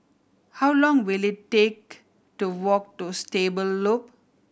how long will it take to walk to Stable Loop